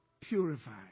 purified